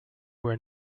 were